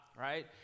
right